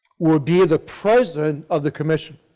will be the president of the commission.